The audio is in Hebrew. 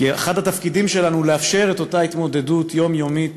כי אחד התפקידים שלנו הוא לאפשר את אותה התמודדות יומיומית